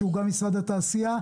שהוא גם משרד התעשייה,